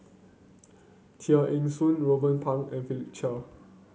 Tear Ee Soon Ruben Pang and Philip Chia